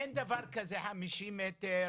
אין דבר כזה חמישים מטר